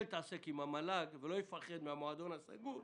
להתעסק עם המל"ג ולא יפחד מן המועדון הסגור,